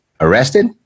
Arrested